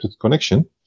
connection